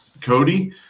Cody